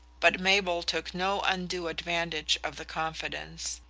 but mabel took no undue advantage of the confidence.